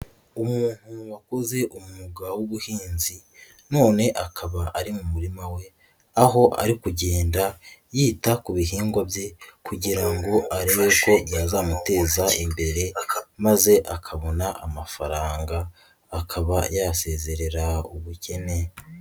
Umuntu wakoze umwuga w'ubuhinzi none akaba ari mu murima we, aho ari kugenda yita ku bihingwa bye kugira ngo arebe ko byazamuteza imbere maze akabona amafaranga akaba yasezerera ubukene.